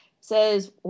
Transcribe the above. says